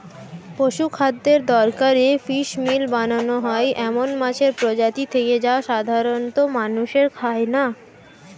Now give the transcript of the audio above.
পশুখাদ্যের দরকারে ফিসমিল বানানো হয় এমন মাছের প্রজাতি থেকে যা সাধারনত মানুষে খায় না